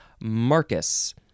Marcus